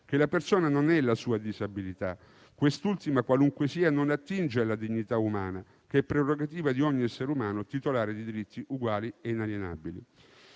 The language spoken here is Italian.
che la persona non è la sua disabilità e che quest'ultima - qualunque essa sia - non attinge alla dignità umana, che è prerogativa di ogni essere umano titolare di diritti uguali e inalienabili.